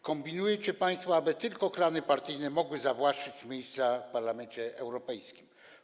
Kombinujecie państwo, aby jedynie klany partyjne mogły zawłaszczać miejsca w Parlamencie Europejskim.